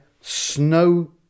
snow